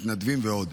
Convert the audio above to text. מתנדבים ועוד.